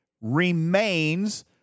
remains